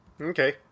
Okay